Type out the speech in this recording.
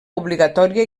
obligatòria